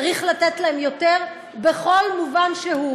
צריך לתת להם יותר בכל מובן שהוא.